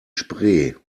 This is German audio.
spree